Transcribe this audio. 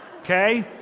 okay